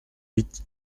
huit